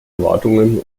erwartungen